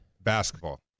Basketball